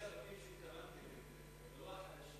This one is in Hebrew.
אלה הבתים שהתכוונתי אליהם, ולא החדשים.